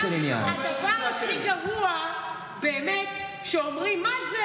הדבר הכי גרוע, באמת, שאומרים: מה זה?